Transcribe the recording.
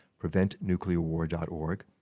PreventNuclearWar.org